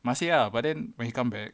masih ah but then when he come back